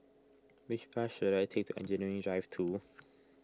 which bus should I take to Engineering Drive two